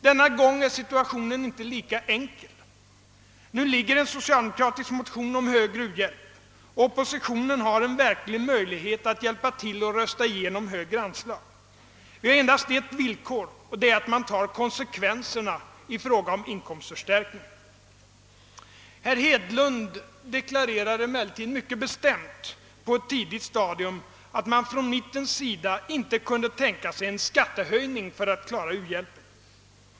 Denna gång är situationen inte lika enkel. Nu ligger det en socialdemokratisk motion om högre uhjälp på kammarens bord. Oppositionen har en verklig möjlighet att hjälpa till och rösta igenom högre anslag. Det finns endast ett villkor: att man tar konsekvenserna i fråga om inkomstförstärkning. Herr Hedlund deklarerade emellertid mycket bestämt på ett tidigt stadium att man från mittens sida inte kunde tänka sig en skattehöjning för att klara u-hjälpen.